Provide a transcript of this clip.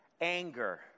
anger